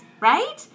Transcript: right